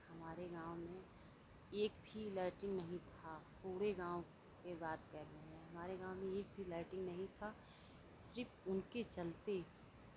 हमारे गांव में एक भी लैट्रिन नहीं था पूरे गांव के बात कर रहे हैं हमारे गांव में एक भी लैट्रिन नहीं था सिर्फ़ उनके चलते